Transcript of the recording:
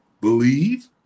Believe